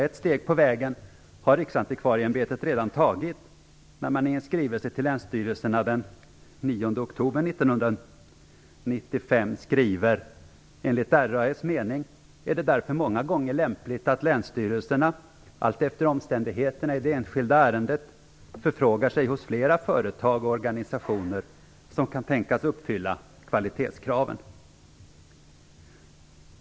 Ett steg på vägen har Riksantikvarieämbetet redan tagit när man i en skrivelse till länsstyrelserna den 9 oktober 1995 skriver: Enligt RAÄ:s mening är det därför många gånger lämpligt att länsstyrelserna alltefter omständigheterna i det enskilda ärendet förfrågar sig hos flera företag och organisationer som kan tänkas uppfylla kvalitetskraven.